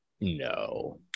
No